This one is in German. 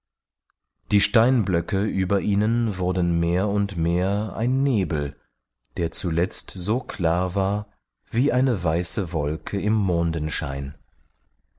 die steinblöcke über ihnen wurden mehr und mehr ein nebel der zuletzt so klar war wie eine weiße wolke im